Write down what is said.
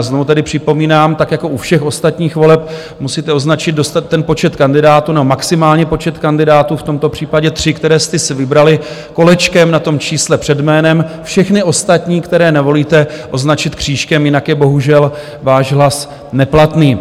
Znovu tedy připomínám, tak jako u všech ostatních voleb musíte označit počet kandidátů na maximální počet kandidátů, v tomto případě tři, které jste si vybrali, kolečkem na čísle před jménem, všechny ostatní, které nevolíte, označit křížkem, jinak je bohužel váš hlas neplatný.